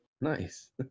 nice